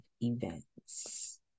events